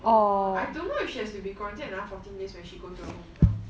I don't know if she has to be quaeatine another fourteen days when she goes to her hometown